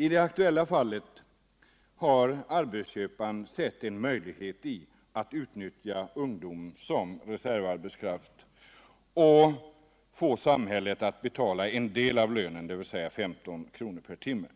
I det aktuella fallet har arbetsköparen sett en möjlighet att utnyttja ungdomar såsom reservarbetskraft och att få samhället att betala en del av lönen, dvs. 15 kr. per timme.